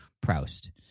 Proust